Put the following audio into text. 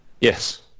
Yes